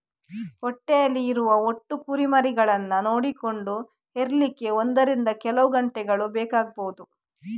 ಹೊಟ್ಟೆಯಲ್ಲಿ ಇರುವ ಒಟ್ಟು ಕುರಿಮರಿಗಳನ್ನ ನೋಡಿಕೊಂಡು ಹೆರ್ಲಿಕ್ಕೆ ಒಂದರಿಂದ ಕೆಲವು ಗಂಟೆಗಳು ಬೇಕಾಗ್ಬಹುದು